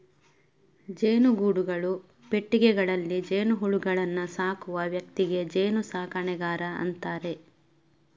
ಜೇನುಗೂಡುಗಳು, ಪೆಟ್ಟಿಗೆಗಳಲ್ಲಿ ಜೇನುಹುಳುಗಳನ್ನ ಸಾಕುವ ವ್ಯಕ್ತಿಗೆ ಜೇನು ಸಾಕಣೆಗಾರ ಅಂತಾರೆ